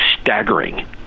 staggering